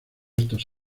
estos